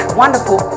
wonderful